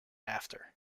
after